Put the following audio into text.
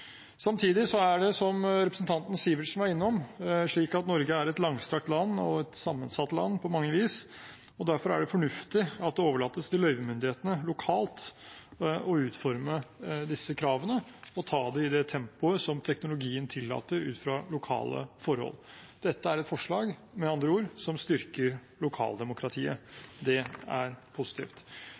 er det, som representanten Sivertsen var innom, slik at Norge er et langstrakt land – og et sammensatt land på mange vis. Derfor er det fornuftig at det overlates til løyvemyndighetene lokalt å utforme disse kravene og ta det i det tempoet som teknologien tillater ut fra lokale forhold. Dette er med andre ord et forslag som styrker lokaldemokratiet. Det er positivt.